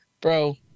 Bro